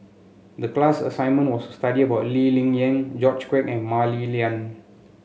the class assignment was to study about Lee Ling Yen George Quek and Mah Li Lian